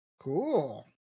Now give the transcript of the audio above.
Cool